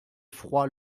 froid